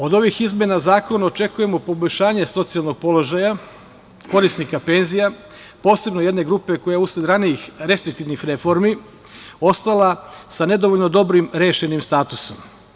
Od ovih izmena zakona očekujemo poboljšanje socijalnog položaja korisnika penzija, posebno jedne grupe koja je usled ranijih restriktivnih reformi ostala sa nedovoljno dobro rešenim statusom.